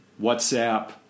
WhatsApp